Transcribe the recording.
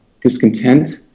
discontent